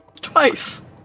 twice